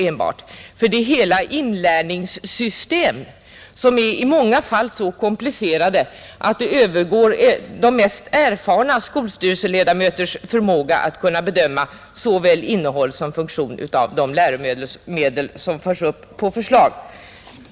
Det gäller hela inlärningssystem, som i många fall är så komplicerade att det övergår de mest erfarna skolstyrelseledamöters förmåga att bedöma såväl innehåll som funktion av de läromedel som förs upp på förslag.